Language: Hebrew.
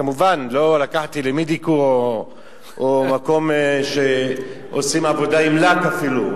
כמובן לא לקחתי למניקור או מקום שעושים עבודה עם לק אפילו,